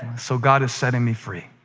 so god is setting me free